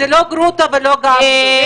זה לא גרוטו ולא גמזו.